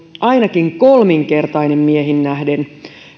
ainakin kolminkertainen miehiin nähden